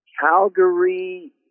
Calgary